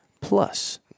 plus